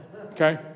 okay